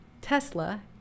Tesla